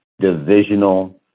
divisional